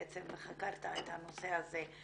בעצם חקרת את הנושא הזה.